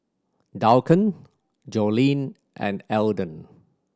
Duncan Jolene and Elden